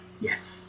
Yes